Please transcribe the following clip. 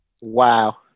Wow